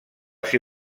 ser